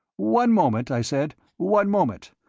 one moment, i said, one moment.